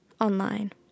online